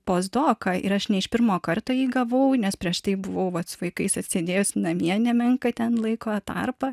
pozdoką ir aš ne iš pirmo karto jį gavau nes prieš tai buvau vat su vaikais atsėdėjus namie nemenką ten laiko tarpą